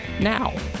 Now